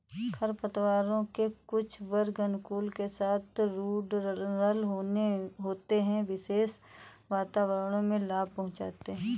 खरपतवारों के कुछ वर्ग अनुकूलन के साथ रूडरल होते है, विशेष वातावरणों में लाभ पहुंचाते हैं